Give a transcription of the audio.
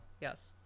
Yes